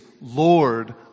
Lord